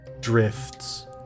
drifts